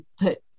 put